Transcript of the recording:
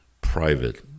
private